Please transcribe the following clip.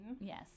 yes